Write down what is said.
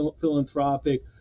philanthropic